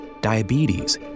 diabetes